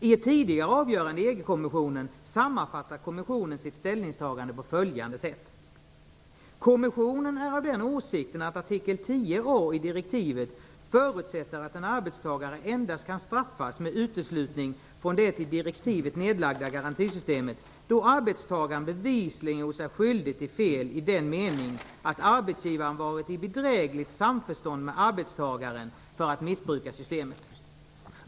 I ett tidigare avgörande i EG-kommissionen sammanfattar kommissionen sitt ställningstagande på följande sätt: "Kommissionen är av den åsikten att artikel 10 i direktivet förutsätter att en arbetstagare endast kan straffas med uteslutning från det i direktivet nedlagda garantisystemet då arbetstagaren bevisligen gjort sig skyldig till fel i den meningen att arbetsgivaren varit i bedrägligt samförstånd med arbetstagaren för att missbruka systemet.